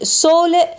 sole